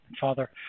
Father